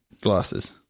glasses